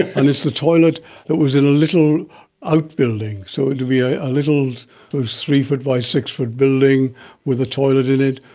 and it's the toilet that was in a little outbuilding, so it would be a a little three-foot by six-foot building with a toilet in it,